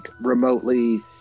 remotely